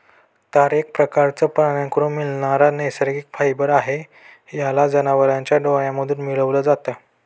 तार एक प्रकारचं प्राण्यांकडून मिळणारा नैसर्गिक फायबर आहे, याला जनावरांच्या डोळ्यांमधून मिळवल जात